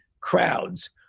crowds